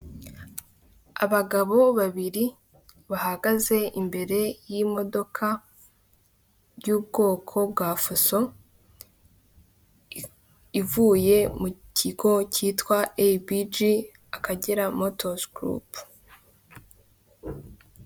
Abagabo babiri bahagaze imbere y'imodoka y'ubwoko bwa fuso, ivuye mu kigo cyitwa eyibiji, akagera motozi gurupe.